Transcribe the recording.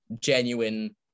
genuine